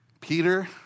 Peter